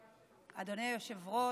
אדוני היושב-ראש,